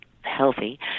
healthy